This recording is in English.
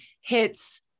hits